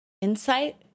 Insight